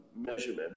measurement